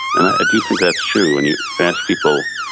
and i do think that's true. when you ask people,